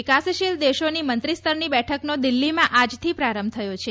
વિકાસશીલ દેશોની મંત્રીસ્તરની બેઠકનો દિલ્હીમાં આજથી પ્રારંભ થયો છે